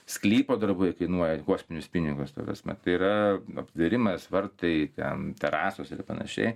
sklypo darbai kainuoja kosminius pinigus ta prasme tai yra aptvėrimas vartai ten terasos ir panašiai